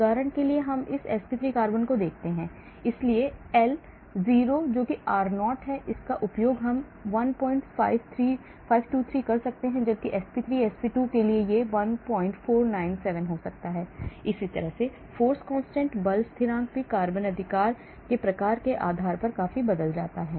उदाहरण के लिए हम इस sp3 कार्बन को देखते हैं इसलिए L 0 जो कि r 0 है जिसका उपयोग हम 1523 कर सकते हैं जबकि sp3 sp2 यह 1497 हो जाता है और इसी तरह बल स्थिरांक भी कार्बन अधिकार के प्रकार के आधार पर काफी बदल जाता है